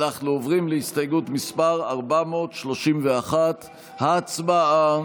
אנחנו עוברים להסתייגות מס' 431. הצבעה.